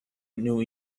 new